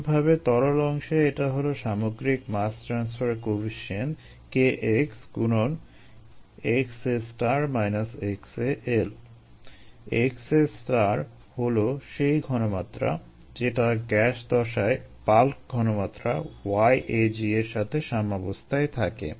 অনুরূপভাবে তরল অংশে এটা হলো সামগ্রিক মাস ট্রান্সফার কোয়েফিসিয়েন্ট Kx গুণন xA xAL xA হলো সেই ঘনমাত্রা যেটা গ্যাস দশায় বাল্ক ঘনমাত্রা yAG এর সাথে সাম্যাবস্থায় থাকে